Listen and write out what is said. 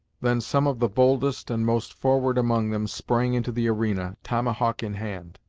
than some of the boldest and most forward among them sprang into the arena, tomahawk in hand.